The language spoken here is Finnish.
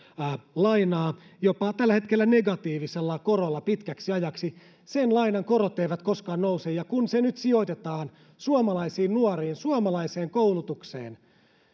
lainaa tällä hetkellä jopa negatiivisella korolla pitkäksi ajaksi sen lainan korot eivät koskaan nouse ja kun se nyt sijoitetaan suomalaisiin nuoriin ja suomalaiseen koulutukseen